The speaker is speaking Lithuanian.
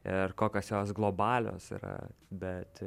ir kokios jos globalios yra bet